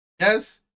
Yes